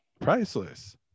priceless